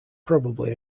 probably